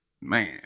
man